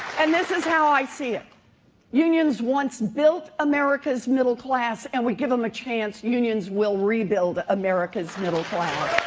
and this is how i see it unions once built america's middle class and we give them a chance, unions will rebuild america's middle class.